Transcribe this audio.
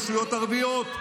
רשויות ערביות,